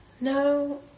No